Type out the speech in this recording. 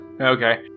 Okay